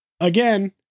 again